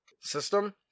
system